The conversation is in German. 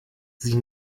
sie